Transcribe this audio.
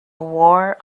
war